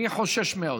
אני חושש מאוד,